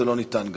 זה לא ניתן גם,